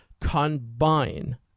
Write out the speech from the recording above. combine